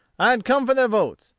i had come for their votes,